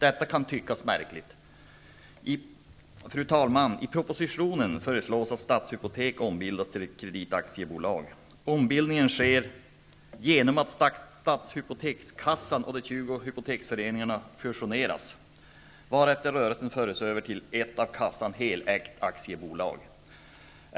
Detta kan tyckas märkligt. Fru talman! I propositionen föreslås att Ombildningen sker genom att hypoteksföreningarna fusioneras, varefter rörelsen förs över till ett av kassan helägt aktiebolag.